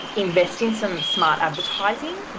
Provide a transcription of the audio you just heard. invest in some smart advertising.